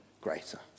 greater